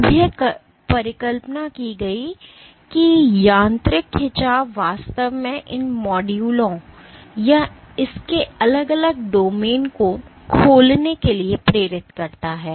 अब यह परिकल्पना की गई है कि यांत्रिक खिंचाव वास्तव में इन मॉड्यूलों या इसके अलग अलग डोमेन को खोलने के लिए प्रेरित करता है